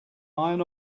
iron